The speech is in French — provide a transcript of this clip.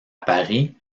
paris